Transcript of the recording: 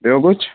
ॿियो कुझु